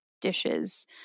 dishes